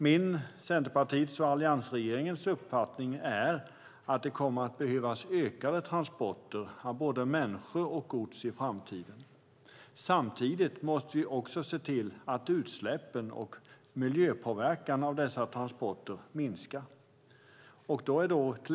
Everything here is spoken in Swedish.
Min, Centerpartiets och alliansregeringens uppfattning är att det kommer att behövas ökade transporter av både människor och gods i framtiden. Samtidigt måste vi också se till att utsläppen och miljöpåverkan från dessa transporter minskar.